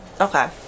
Okay